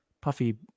puffy